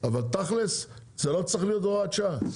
אבל תכלס זו לא צריכה להיות הוראת שעה.